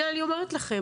הנה אני אומרת לכם,